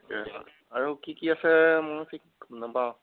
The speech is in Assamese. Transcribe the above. আৰু কি কি আছে মইও ঠিক গম নাপাওঁ